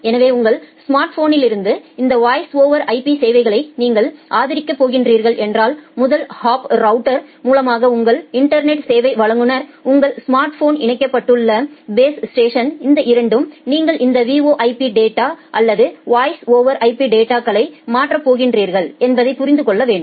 எனவே உங்கள் ஸ்மார்ட்போனிலிருந்து இந்த வாய்ஸ் ஓவர் IP சேவைகளை நீங்கள் ஆதரிக்கப் போகிறீர்கள் என்றால் முதல் ஹாப் ரவுட்டர்மூலமாக உங்கள் இன்டர்நெட் சேவை வழங்குநர் உங்கள் ஸ்மார்ட்போன் இணைக்கப்பட்டுள்ள பேஸ் ஸ்டேஷன்இந்த இரண்டும் நீங்கள் இந்த VoIP டேட்டா அல்லது வாய்ஸ் ஓவர் IP டேட்டாகளை மாற்றப் போகிறீர்கள் என்பதை புரிந்து கொள்ள வேண்டும்